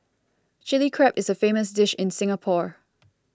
Chilli Crab is a famous dish in Singapore